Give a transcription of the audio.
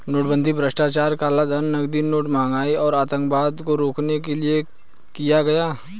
नोटबंदी भ्रष्टाचार, कालाधन, नकली नोट, महंगाई और आतंकवाद को रोकने के लिए किया गया